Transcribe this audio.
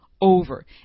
over